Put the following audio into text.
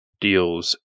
Deals